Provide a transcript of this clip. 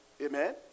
Amen